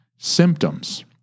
symptoms